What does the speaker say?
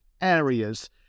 areas